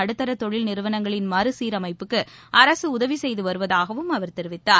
நடுத்தரதொழில் நிறுவனங்களின் மறு சீரமைப்புக்குஅரசுஉதவிசெய்துவருவதாகவும் அவர் தெரிவித்தார்